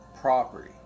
property